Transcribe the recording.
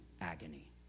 agony